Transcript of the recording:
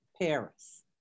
Paris